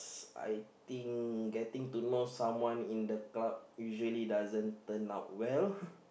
I think getting to know someone in the club usually doesn't turn out well